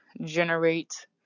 generate